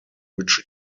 which